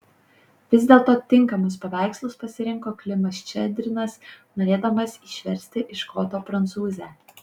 vis dėlto tinkamus paveikslus pasirinko klimas ščedrinas norėdamas išversti iš koto prancūzę